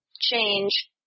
change